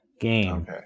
game